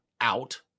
out